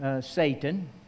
Satan